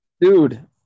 Dude